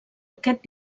aquest